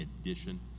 addition